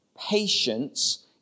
Patience